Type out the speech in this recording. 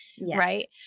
right